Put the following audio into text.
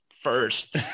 first